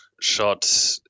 short